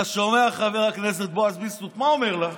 אתה שומע, חבר הכנסת בועז ביסמוט, מה הוא אומר לה?